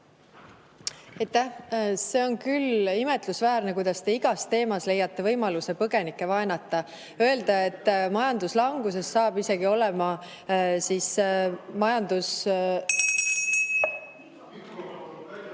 See on imetlusväärne, kuidas te igas teemas leiate võimaluse põgenikke vaenata. Öelda, et majanduslanguses saab isegi olema majandus...